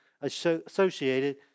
associated